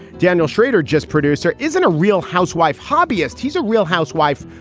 daniel schrader, just producer, isn't a real housewife hobbyist. he's a real housewife.